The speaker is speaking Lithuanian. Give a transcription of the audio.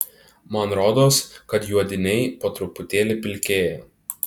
man rodos kad juodiniai po truputėlį pilkėja